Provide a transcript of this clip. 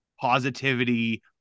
positivity